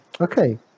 Okay